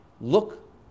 look